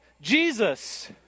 jesus